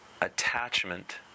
attachment